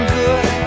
good